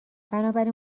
بنابراین